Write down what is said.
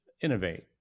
innovate